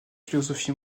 philosophie